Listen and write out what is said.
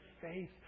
faith